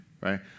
Right